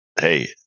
hey